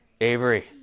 Avery